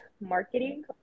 marketing